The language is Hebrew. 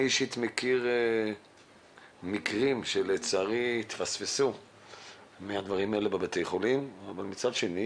אני אישית מכיר מקרים שלצערי התפספסו בבתי החולים ומצד שני